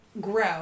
grow